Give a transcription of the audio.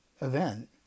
event